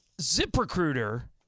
ZipRecruiter